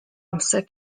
amser